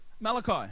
Malachi